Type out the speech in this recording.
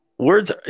Words